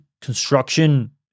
construction